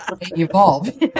evolve